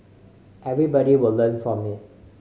everybody will learn from it